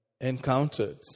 encountered